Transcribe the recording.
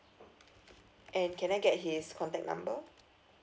and can I get his contact number